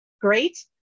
great